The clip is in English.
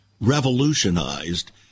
revolutionized